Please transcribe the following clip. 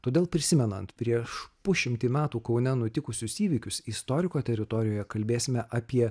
todėl prisimenant prieš pusšimtį metų kaune nutikusius įvykius istoriko teritorijoje kalbėsime apie